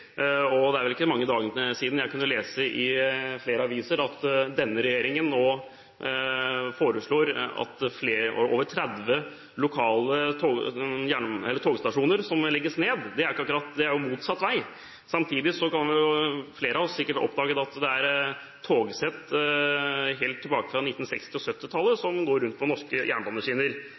Det er ikke mange dagene siden jeg kunne lese i flere aviser at denne regjeringen nå foreslår at over 30 lokale togstasjoner skal legges ned – det er jo motsatt vei. Samtidig har flere av oss sikkert oppdaget at det er togsett helt tilbake fra 1960- og 1970-tallet som går rundt på norske jernbaneskinner.